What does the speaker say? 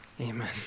amen